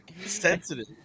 sensitive